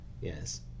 Yes